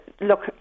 look